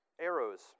arrows